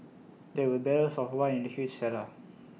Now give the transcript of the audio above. there were barrels of wine in the huge cellar